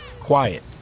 quiet